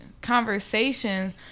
Conversations